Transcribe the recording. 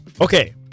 Okay